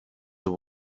the